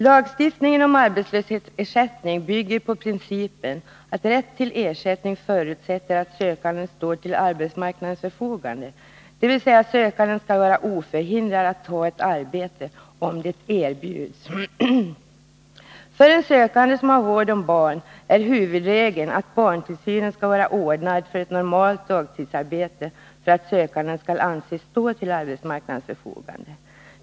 ”Lagstiftningen om arbetslöshetsersättning bygger på principen att rätt till ersättning förutsätter att sökanden står till arbetsmarknadens förfogande, dvs. sökanden skall vara oförhindrad att ta ett arbete om det erbjuds. För en sökande som har vård om barn är huvudregeln att barntillsynen skall vara ordnad för ett normalt dagtidsarbete för att sökanden skall anses stå till arbetsmarknadens förfogande.